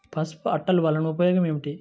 పసుపు అట్టలు వలన ఉపయోగం ఏమిటి?